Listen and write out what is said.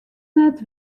net